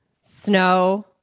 snow